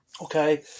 Okay